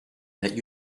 that